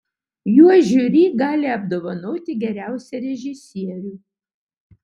juo žiuri gali apdovanoti geriausią režisierių